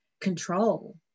control